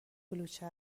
کلوچه